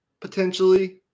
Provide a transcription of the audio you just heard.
potentially